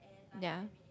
ya